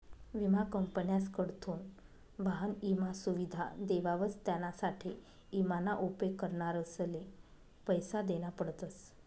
विमा कंपन्यासकडथून वाहन ईमा सुविधा देवावस त्यानासाठे ईमा ना उपेग करणारसले पैसा देना पडतस